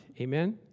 Amen